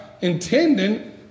intending